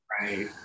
Right